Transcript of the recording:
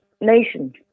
nation